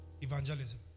evangelism